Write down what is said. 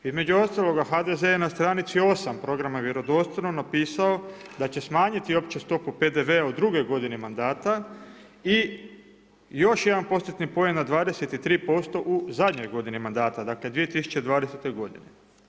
Između ostalog HDZ je na stranici 8 programa „Vjerodostojno“ napisao da će smanjiti opću stopu PDV-a u drugoj godini mandata i još jedan postotni poen na 23% u zadnjoj godini mandata dakle 2020. godini.